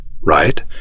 Right